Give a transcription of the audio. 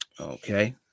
Okay